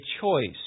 choice